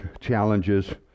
challenges